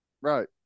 Right